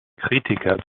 kritiker